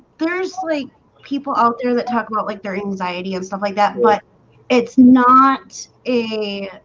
there's like people out there that talk about like their anxiety and stuff like that, but it's not a